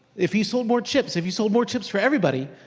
if he sold more chips, if he sold more chips for everybody,